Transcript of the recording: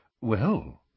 Well